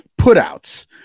Putouts